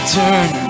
turn